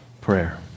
prayer